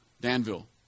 Danville